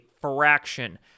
fraction